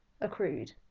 accrued